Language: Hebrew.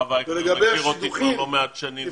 הרב אייכלר מכיר אותי כבר לא מעט שנים.